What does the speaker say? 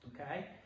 Okay